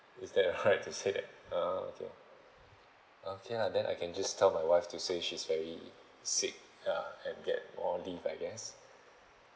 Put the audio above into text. is that alright to say that oh okay okay lah then I can just tell my wife to say she's very sick ya and get all leave I guess